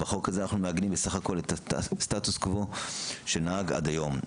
בחוק הזה אנחנו מעגנים בסך הכול את הסטטוס קוו שנהג עד היום.